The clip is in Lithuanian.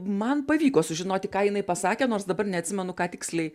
man pavyko sužinoti ką jinai pasakė nors dabar neatsimenu ką tiksliai